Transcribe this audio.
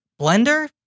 Blender